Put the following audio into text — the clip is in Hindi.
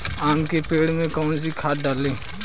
आम के पेड़ में कौन सी खाद डालें?